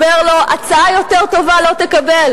אומר לו: הצעה יותר טובה לא תקבל,